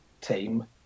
team